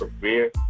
career